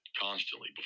constantly